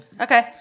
Okay